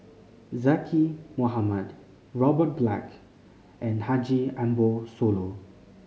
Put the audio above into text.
Zaqy Mohamad Robert Black and Haji Ambo Sooloh